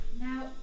Now